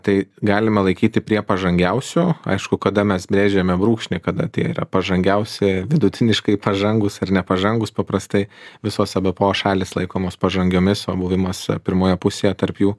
tai galime laikyti prie pažangiausių aišku kada mes brėžiame brūkšnį kada tai yra pažangiausi vidutiniškai pažangūs ar nepažangūs paprastai visos ebpo šalys laikomos pažangiomis o buvimas pirmoje pusėje tarp jų